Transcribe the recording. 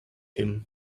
him